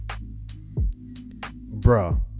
bro